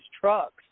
trucks